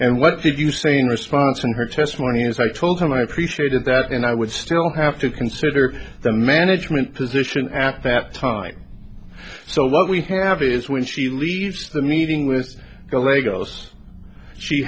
and what did you say in response in her testimony as i told him i appreciated that and i would still have to consider the management position at that time so what we have is when she leaves the meeting with the lagos she